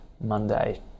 Monday